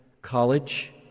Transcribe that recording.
college